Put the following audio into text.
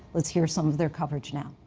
let's hear some of their coverage now.